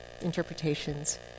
interpretations